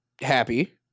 happy